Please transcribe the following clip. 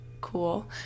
cool